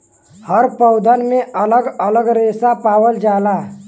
हर पौधन में अलग अलग रेसा पावल जाला